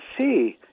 see